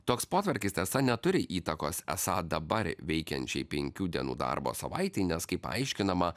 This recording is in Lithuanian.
toks potvarkis tiesa neturi įtakos esą dabar veikiančiai penkių dienų darbo savaitei nes kaip aiškinama